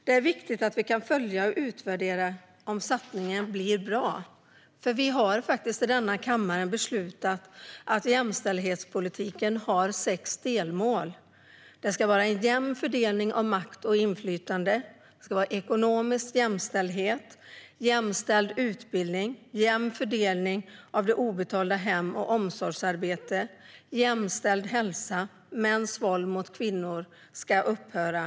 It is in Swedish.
Det är viktigt att man kan följa och utvärdera om satsningen blir bra. Vi har faktiskt beslutat här i kammaren att jämställdhetspolitiken ska ha sex delmål, vilka är jämn fördelning av makt och inflytande ekonomisk jämställdhet jämställd utbildning jämn fördelning av det obetalda hem och omsorgsarbetet jämställd hälsa att mäns våld mot kvinnor ska upphöra.